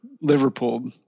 Liverpool